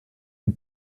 une